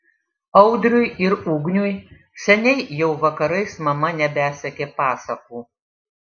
audriui ir ugniui seniai jau vakarais mama nebesekė pasakų